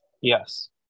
yes